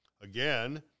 Again